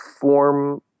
form